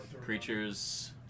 creatures